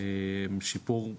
עם שיפור,